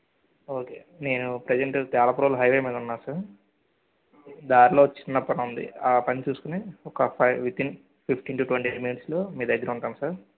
okay నేను present చాలా చాలాప్రోలు హైవే మీద ఉన్న సార్ దార్లో చిన్న పనుంది ఆ పని చూసుకుని ఒక five within fifteen to twenty మినిట్స్లో మీ దగ్గర ఉంటాను సార్